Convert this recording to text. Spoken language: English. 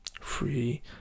free